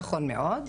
נכון מאוד.